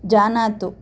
जानातु